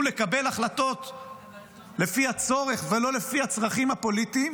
לקבל החלטות לפי הצורך ולא לפי הצרכים הפוליטיים,